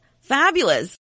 fabulous